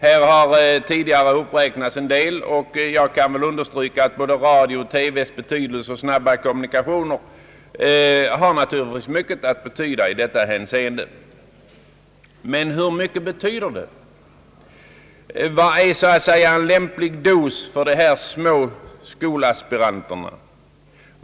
Här har förut räknats upp en del skäl, och jag kan understryka att radio, TV och snabba kommunikationer har mycket att betyda i detta hänseende. Men hur mycket betyder dessa faktorer? Vad är så att säga en lämplig dos för dessa små skolaspiranter?